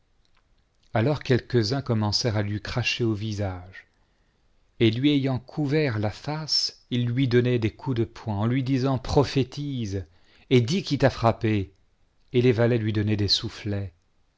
alors quelques-uns commencèrent à lui cracher au visage et lui ayant couvert la face ils lui donnaient des coups de poing en lui disant prophétise et dis qui t'a frappé et les valets lui donnaient des soufflets